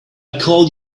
call